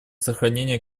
сохранения